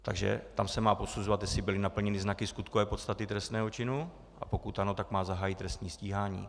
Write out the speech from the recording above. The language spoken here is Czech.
Takže tam se má posuzovat, jestli byly naplněny znaky skutkové podstaty trestného činu, a pokud ano, má zahájit trestní stíhání.